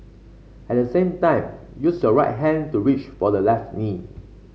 at the same time use your right hand to reach for the left knee